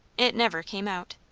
it never came out.